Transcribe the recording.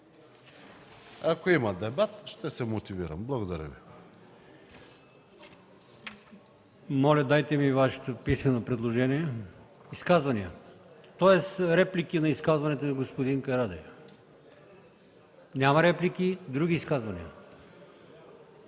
Ако има дебат, ще се мотивирам. Благодаря Ви.